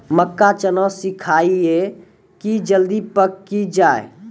मक्का चना सिखाइए कि जल्दी पक की जय?